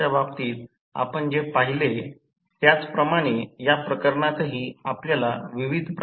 65 Ω आणि हे एक Xe 1 x 1 K2 2 X2 सह 6 32 आहे